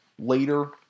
later